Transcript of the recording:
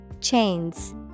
Chains